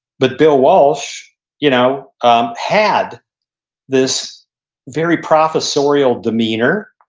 but bill walsh you know um had this very professorial demeanor.